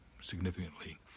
significantly